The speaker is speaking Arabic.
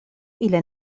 إلى